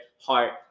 heart